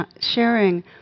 sharing